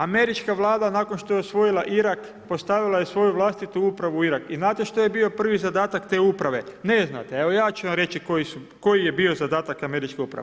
Američka Vlada nakon što je osvojila Irak, postavila je svoju vlastitu upravu u Irak i znate što je bio prvi zadatak te uprave, ne znate, evo ja ću vam reći koji je bio zadatak američke uprave.